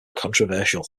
controversial